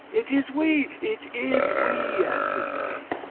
it is we! it is we! answered they.